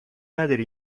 نداری